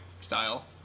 style